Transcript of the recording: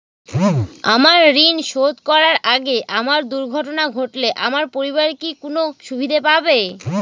আমার ঋণ শোধ করার আগে আমার দুর্ঘটনা ঘটলে আমার পরিবার কি কোনো সুবিধে পাবে?